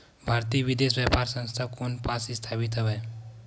भारतीय विदेश व्यापार संस्था कोन पास स्थापित हवएं?